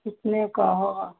कितने का होगा